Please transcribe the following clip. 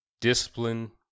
Discipline